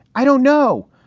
i don't know.